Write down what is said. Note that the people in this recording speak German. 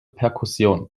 perkussion